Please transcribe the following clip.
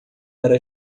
para